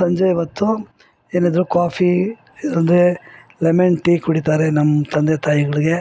ಸಂಜೆ ಹೊತ್ತು ಏನಿದ್ರು ಕಾಫಿ ಇಲ್ಲಾಂದರೆ ಲೆಮೆನ್ ಟೀ ಕುಡಿತಾರೆ ನಮ್ಮ ತಂದೆ ತಾಯಿಗಳ್ಗೆ